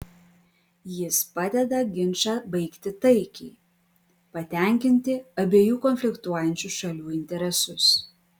jis padeda ginčą baigti taikiai patenkinti abiejų konfliktuojančių šalių interesus